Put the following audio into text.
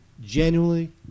genuinely